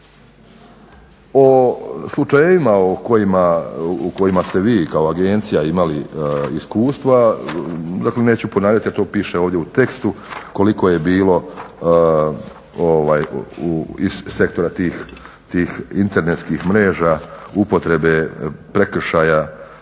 O slučajevima u kojima ste vi kao agencija imali iskustva neću ponavljati jer tu piše ovdje u tekstu koliko je bilo iz sektora tih internetskih mreža upotrebe prekršaja